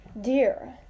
dear